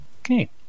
Okay